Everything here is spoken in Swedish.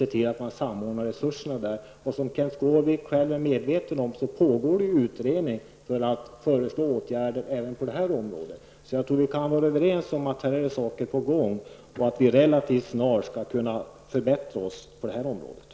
Det gäller att samordna resurserna. Som Kenth Skårvik är medveten om pågår det en utredning för att föreslå åtgärder även på detta område. Saker och ting är alltså på gång, och förbättringar på detta område kommer säkert att ske ganska snart.